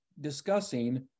discussing